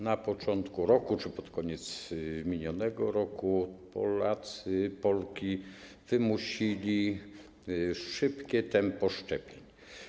Na początku roku czy pod koniec minionego roku Polacy i Polki wymusili szybkie tempo szczepień.